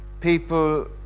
People